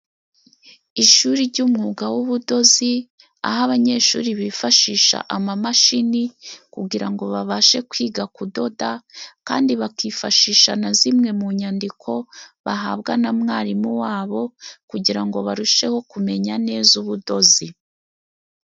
Ishuri ry'umwuga w'ubudozi, aho abanyeshuri bifashisha amamashini kugira ngo babashe kwiga kudoda kandi bakifashisha na zimwe mu nyandiko bahabwa na mwarimu wabo, kugira ngo barusheho kumenya neza ubudozi.